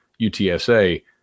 UTSA